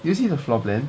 did you see the floor plan